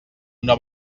una